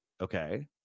okay